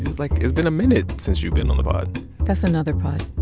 like it's been a minute since you've been on the pod that's another pod